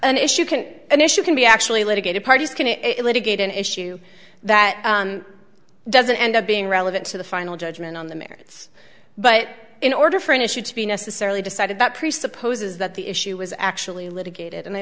an issue can an issue can be actually litigated parties can it litigate an issue that doesn't end up being relevant to the final judgment on the merits but in order for an issue to be necessarily decided that presupposes that the issue was actually litigated and i